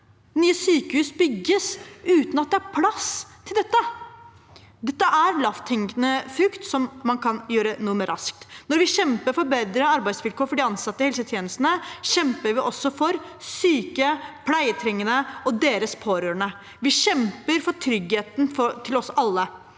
Nye sykehus bygges uten at det er plass til dette. Dette er en lavthengende frukt som man kan gjøre noe med raskt. Når vi kjemper for bedre arbeidsvilkår for de ansatte i helsetjenestene, kjemper vi også for syke, pleietrengende og deres pårørende. Vi kjemper for tryggheten til oss alle.